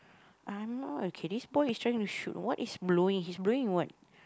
I'm not okay this boy is trying to shoot what is blowing he's blowing what